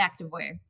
Activewear